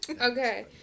Okay